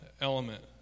element